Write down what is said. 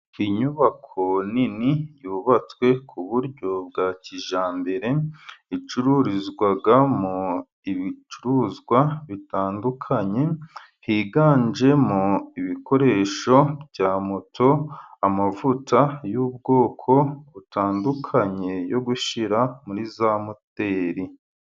Inyubako nini yubatswe ku buryo bwa kijyambere, icururizwamo ibicuruzwa bitandukanye, higanjemo ibikoresho bya moto, amavuta y'ubwoko butandukanye, yo gushyira muri za moteri.